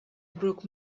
broke